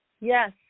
Yes